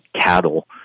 cattle